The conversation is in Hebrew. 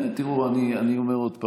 תראו, אני אומר עוד פעם: